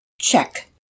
Check